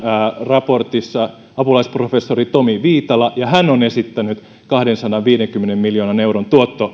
raportissa apulaisprofessori tomi viitala ja hän on esittänyt kahdensadanviidenkymmenen miljoonan euron